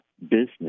business